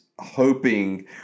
hoping